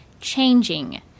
Changing